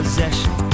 Possession